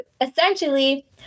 essentially